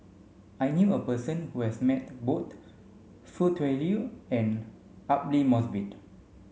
I knew a person who has met both Foo Tui Liew and Aidli Mosbit